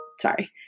sorry